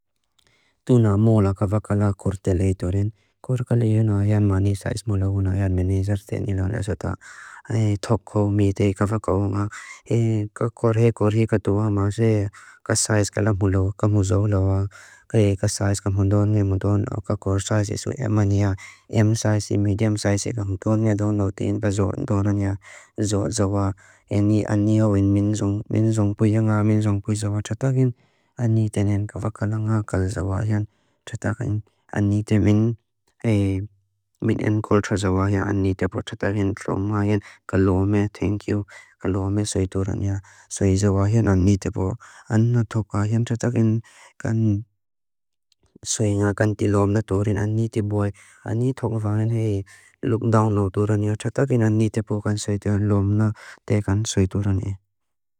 Tūna mōla kavakalā kūrtelei tūrin. Tūna mōla kavakalā kūrtelei tūrin. Kūrtelei yunā yan māni saiz mūla hūnā yan meni zarteni lāni asata. Kūrtelei yunā yan māni saiz mūla hūnā yan meni zarteni lāni asata. Anei tokho mītei kavakalūnga. Anei tokho mītei kavakalūnga. E kakorhe korhi katoa māzei kasaiz kala mūla hūnā. E kakorhe korhi katoa māzei kasaiz kala mūla hūnā. Anei tokho mītei kavakalūnga. Anei tokho mītei kavakalūnga.